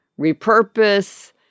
repurpose